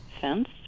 fence